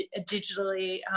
digitally